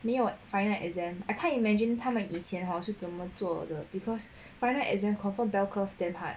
没有 final exam I can't imagine 他们以前 hor 好像是怎么做的 because final exam confirm bell curve damn hard